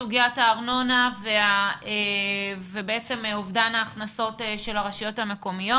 סוגיית הארנונה ואובדן ההכנסות של הרשויות המקומיות.